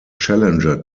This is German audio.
challenger